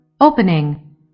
Opening